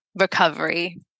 recovery